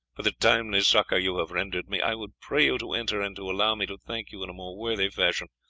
for the timely succour you have rendered me. i would pray you to enter and to allow me to thank you in more worthy fashion,